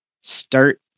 start